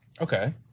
Okay